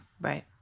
Right